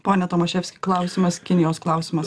pone tomaševski klausimas kinijos klausimas